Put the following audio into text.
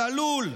צלול,